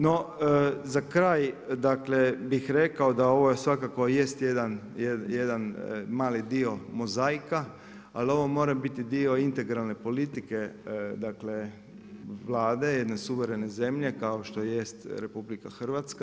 No za kraj dakle bih rekao da ovo svakako jest jedan mali dio mozaika, ali ovo mora biti dio integralne politike, dakle Vlade jedne suverene zemlje kao što jest RH.